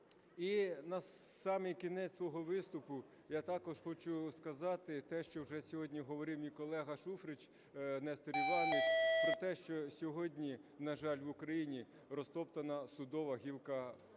І на самий кінець свого виступу я також хочу сказати те, що вже сьогодні говорив мій колега Шуфрич Нестор Іванович, про те, що сьогодні, на жаль, в Україні розтоптана судова гілка